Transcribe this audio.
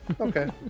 Okay